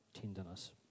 tenderness